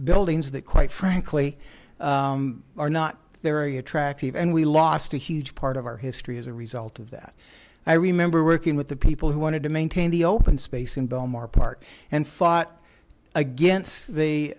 buildings that quite frankly are not there ie attractive and we lost a huge part of our history as a result of that i remember working with the people who wanted to maintain the open space in bellmore park and fought against the